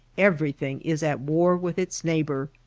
everything is at war with its neighbor,